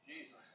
Jesus